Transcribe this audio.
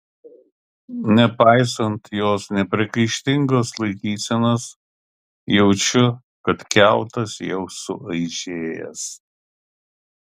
nepaisant jos nepriekaištingos laikysenos jaučiu kad kiautas jau suaižėjęs